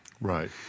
Right